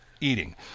eating